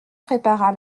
prépara